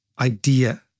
idea